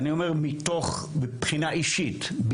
מבחינה אישית,